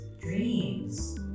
dreams